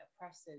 oppressive